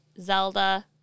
Zelda